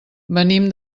venim